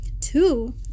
Two